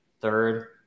third